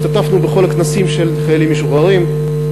השתתפנו בכל הכנסים של חיילים משוחררים,